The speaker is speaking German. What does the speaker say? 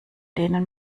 denen